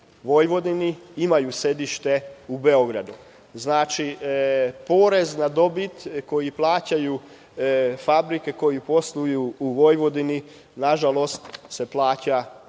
Vojvodini imaju sedište u Beogradu. Znači, porez na dobit koji plaćaju fabrike koje posluju u Vojvodini, nažalost se plaća